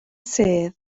sedd